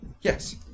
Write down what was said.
Yes